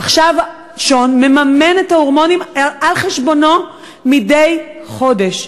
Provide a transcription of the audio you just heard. עכשיו שון מממן את ההורמונים על חשבונו מדי חודש.